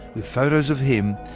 with photos of him,